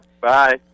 Bye